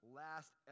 last